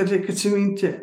reik atsiminti